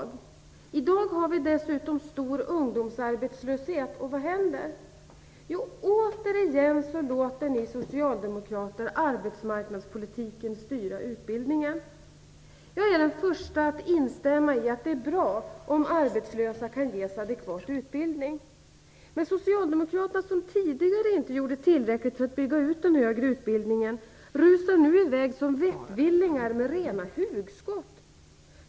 I dag har vi dessutom stor ungdomsarbetslöshet. Vad händer? Jo, återigen låter ni socialdemokrater arbetsmarknadspolitiken styra utbildningen. Jag är den första att instämma i att det är bra om arbetslösa kan ges adekvat utbildning. Men socialdemokraterna, som tidigare inte gjorde tillräckligt för att bygga ut den högre utbildningen, rusar nu i väg som vettvillingar med rena hugskott.